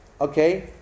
okay